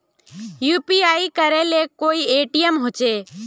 UPI करे ले कोई टाइम होचे?